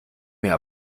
mir